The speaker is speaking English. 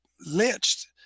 lynched